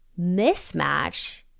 mismatch